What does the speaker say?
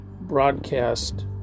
broadcast